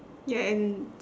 ya and